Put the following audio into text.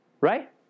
Right